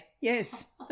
yes